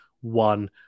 one